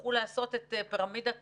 תצטרכו לעשות את פירמידת